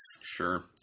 Sure